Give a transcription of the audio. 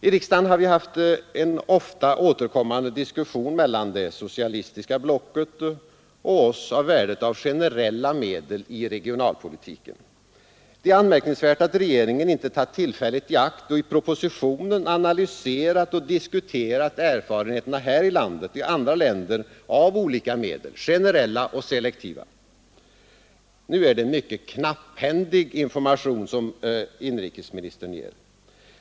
I riksdagen har vi haft en ofta återkommande diskussion mellan det socialistiska blocket och oss om värdet av generella medel i regionalpolitiken. Det är anmärkningsvärt att regeringen inte tagit tillfället i akt och i propositionen analyserat och diskuterat erfarenheterna här i landet och i andra länder av olika medel, generella och selektiva. Nu är det mycket knapphändig information som inrikesministern ger.